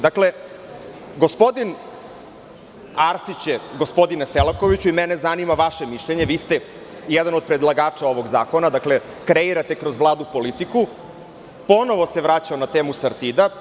Dakle, gospodin Arsić je, gospodine Selakoviću, mene zanima vaše mišljenje, vi ste jedan od predlagača ovog zakona, kreirate kroz glavnu politiku, ponovo se vraćao na temu „Sartida“